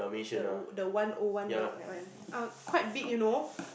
the the one oh one dog that one uh quite big you know